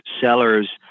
sellers